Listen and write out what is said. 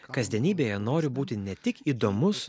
kasdienybėje noriu būti ne tik įdomus